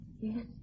Yes